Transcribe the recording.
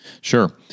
Sure